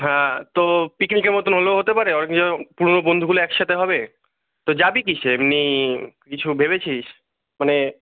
হ্যাঁ তো পিকনিকের মতন হলেও হতে পারে আবার যেমন পুরনো বন্ধুগুলো একসাথে হবে তো যাবি কিসে এমনি কিছু ভেবেছিস মানে